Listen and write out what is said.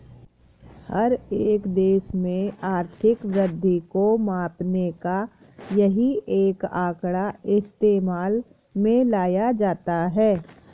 हर एक देश में आर्थिक वृद्धि को मापने का यही एक आंकड़ा इस्तेमाल में लाया जाता है